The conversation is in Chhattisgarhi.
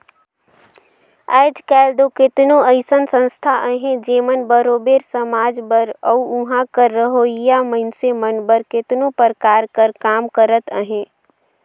आएज काएल दो केतनो अइसन संस्था अहें जेमन बरोबेर समाज बर अउ उहां कर रहोइया मइनसे मन बर केतनो परकार कर काम करत अहें